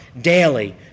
daily